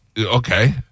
Okay